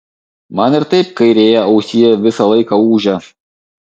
man ir taip kairėje ausyje visą laiką ūžia